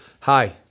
Hi